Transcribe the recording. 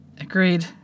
Agreed